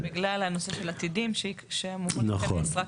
הם יתחילו באוקטובר בגלל הנושא של עתידים שאמור להיכנס רק